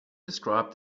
described